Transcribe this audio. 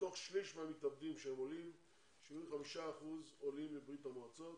מתוך שליש מהמתאבדים שהם עולים 75% עולים מברית המועצות,